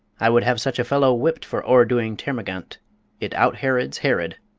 i would have such a fellow whipped for o'er-doing termagant it out-herods herod.